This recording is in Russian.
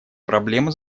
проблема